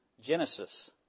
Genesis